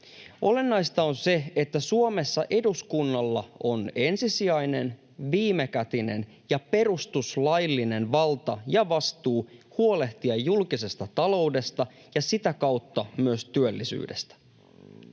Olennaista on se, että Suomessa eduskunnalla on ensisijainen, viimekätinen ja perustuslaillinen valta ja vastuu huolehtia julkisesta taloudesta ja sitä kautta myös työllisyydestä.